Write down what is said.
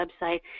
website